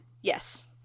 Yes